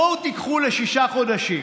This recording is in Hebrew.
בואו, תיקחו לשישה חודשים.